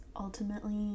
ultimately